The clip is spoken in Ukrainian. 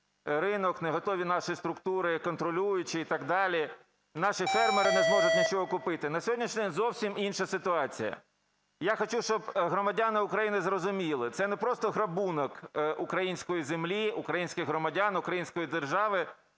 ринок, не готові наші структури, контролюючі і так далі. Наші фермери не зможуть нічого купити. На сьогоднішній день зовсім інша ситуація. Я хочу, щоб громадяни України зрозуміли: це не просто грабунок української землі, українських громадян, української держави,